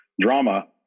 drama